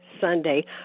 Sunday